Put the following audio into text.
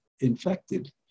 infected